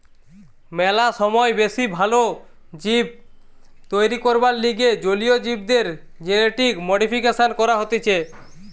ম্যালা সময় বেশি ভাল জীব তৈরী করবার লিগে জলীয় জীবদের জেনেটিক মডিফিকেশন করা হতিছে